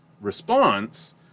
response